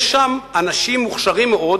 יש שם אנשים מוכשרים מאוד,